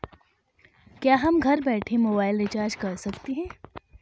क्या हम घर बैठे मोबाइल रिचार्ज कर सकते हैं?